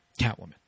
Catwoman